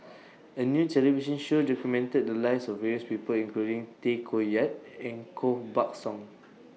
A New television Show documented The Lives of various People including Tay Koh Yat and Koh Buck Song